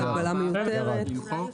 ירד.